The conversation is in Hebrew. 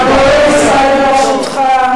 כל עוד ישראל בראשותך,